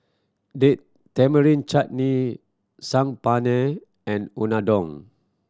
Date Tamarind Chutney Saag Paneer and Unadon